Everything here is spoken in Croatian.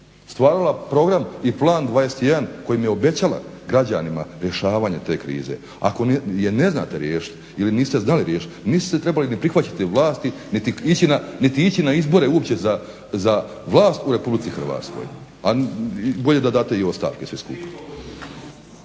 Stvarali program i Plan 21 kojim je obećala građanima rješavanje te krize. Ako je ne znate riješiti ili niste znali riješiti niste se trebali ni prihvaćati vlasti niti ići na izbore uopće za vlast u RH. A bolje da date i ostavke sve skupa.